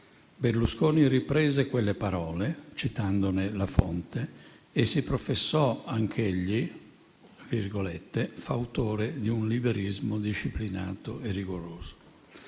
Berlusconi riprese quelle parole, citandone la fonte, e si professò anch'egli «fautore di un liberismo disciplinato e rigoroso».